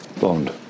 Bond